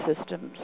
systems